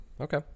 okay